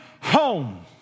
home